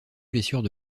blessures